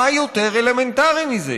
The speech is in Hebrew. מה יותר אלמנטרי מזה?